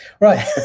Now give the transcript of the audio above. Right